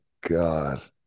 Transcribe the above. god